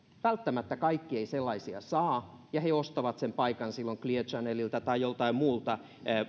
välttämättä kaikki eivät sellaisia saa ja he ostavat sen paikan silloin clear channelilta tai joltain muulta